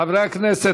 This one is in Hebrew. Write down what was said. חברי הכנסת,